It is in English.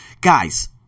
guys